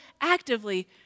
actively